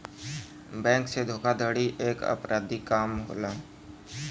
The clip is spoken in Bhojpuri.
बैंक से धोखाधड़ी एक अपराधिक काम होला